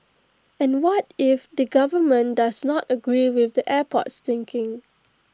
and what if the government does not agree with the airport's thinking